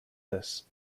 this